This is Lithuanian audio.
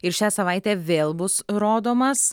ir šią savaitę vėl bus rodomas